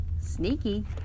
Sneaky